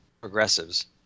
progressives